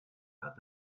pas